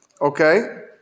okay